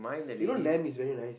you know lamb is very nice